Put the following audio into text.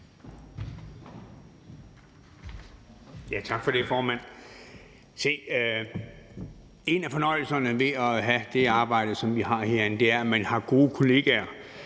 Tak for det, formand. Se, en af fornøjelserne ved at have det arbejde, som vi har herinde, er, at man har gode kolleger.